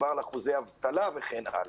באחוזי האבטלה וכן הלאה.